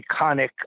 iconic